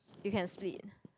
you can split